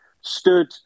stood